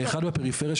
לאחד בפריפריה,